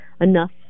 enough